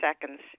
seconds